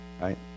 right